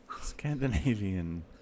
Scandinavian